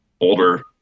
older